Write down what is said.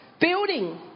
Building